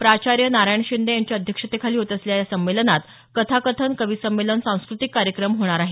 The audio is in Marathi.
प्राचार्य नारायण शिंदे यांच्या अध्यक्षतेखाली होत असलेल्या या संमेलनात कथाकथन कवी संमेलन सांस्कृतिक कार्यक्रम होणार आहेत